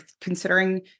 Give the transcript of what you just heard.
considering